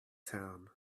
town